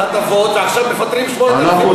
נתתם הטבות, ועכשיו מפטרים 8,000 עובדים.